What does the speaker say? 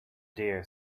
deer